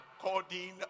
according